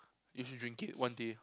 you should drink it one day